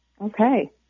Okay